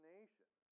Nation